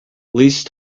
least